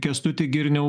kęstuti girniau